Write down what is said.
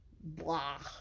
blah